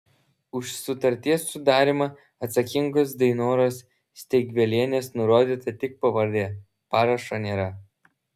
už sutarties sudarymą atsakingos dainoros steigvilienės nurodyta tik pavardė parašo nėra